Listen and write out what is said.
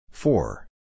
Four